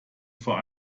vor